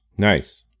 Nice